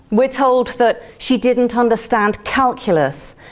we're told that she didn't understand calculus,